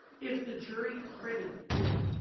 if the jury credited them,